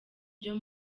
ryo